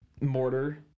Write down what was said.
mortar